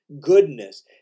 goodness